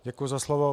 Děkuji za slovo.